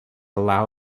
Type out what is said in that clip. allow